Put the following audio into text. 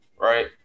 right